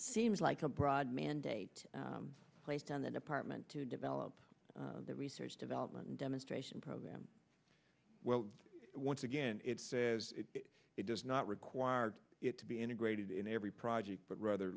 seems like a broad mandate placed on the department to develop the research development demonstration program well once again it says it does not require it to be integrated in every project but rather